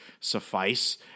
suffice